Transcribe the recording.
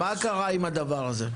מה קרה עם הדבר הזה?